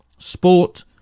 Sport